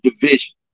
division